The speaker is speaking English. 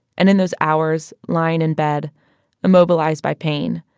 and in those hours, lying in bed immobilized by pain,